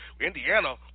Indiana